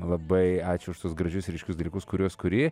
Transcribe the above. labai ačiū už tuos gražius ryškius dalykus kuriuos kuri